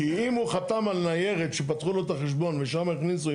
כי אם הוא חתם על ניירת כשפתחו לו את החשבון ושם הכניסו,